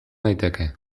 daiteke